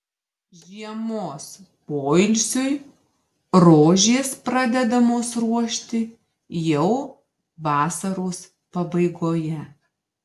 žiemos poilsiui rožės pradedamos ruošti jau vasaros pabaigoje